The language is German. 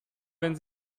wenn